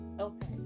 okay